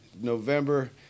November